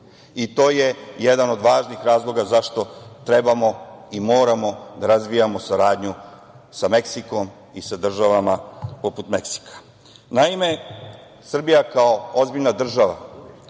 To je jedan od važnih razloga zašto trebamo i moramo da razvijamo saradnju sa Meksikom i sa državama poput Meksika. Naime, Srbija kao ozbiljna država